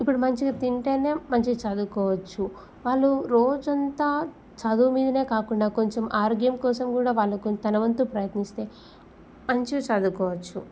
ఇప్పుడు మంచిగా తింటేనే మంచిగా చదువుకోవచ్చు వాళ్ళు రోజంతా చదువు మీదనే కాకుండా కొంచెం ఆరోగ్యం కోసం కూడా వాళ్ళు తన వంతు ప్రయత్నిస్తే మంచిగా చదువుకోవచ్చు